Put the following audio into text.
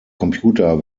computer